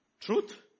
Truth